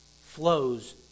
flows